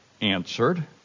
answered